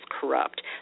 corrupt